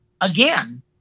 again